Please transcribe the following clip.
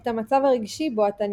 את המצב הרגשי בו אתה נמצא.